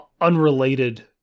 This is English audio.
unrelated